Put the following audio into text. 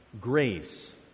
grace